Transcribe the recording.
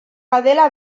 adela